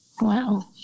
Wow